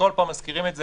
כל פעם מזכירים את זה,